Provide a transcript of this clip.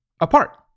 apart